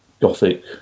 gothic